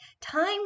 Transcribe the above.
time